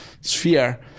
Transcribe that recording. sphere